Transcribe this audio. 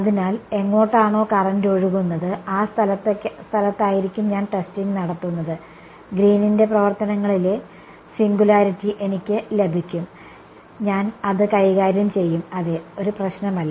അതിനാൽ എങ്ങോട്ടാണോ കറന്റ് ഒഴുകുന്നത് ആ സ്ഥലത്തായിരിക്കും ഞാൻ ടെസ്റ്റിംഗ് നടത്തുന്നത് ഗ്രീനിന്റെ പ്രവർത്തനങ്ങളിലെ Green's functions സിംഗുലാരിറ്റി എനിക്ക് ലഭിക്കും ഞാൻ അത് കൈകാര്യം ചെയ്യും അതെ ഒരു പ്രശ്നമല്ല